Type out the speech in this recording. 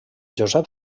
josep